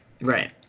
Right